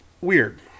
weird